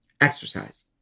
exercise